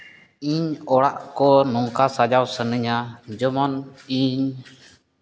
ᱤᱧ ᱚᱲᱟᱜ ᱠᱚ ᱱᱚᱝᱠᱟ ᱥᱟᱡᱟᱣ ᱥᱟᱱᱟᱧᱟ ᱡᱮᱢᱚᱱ ᱤᱧ